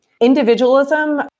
Individualism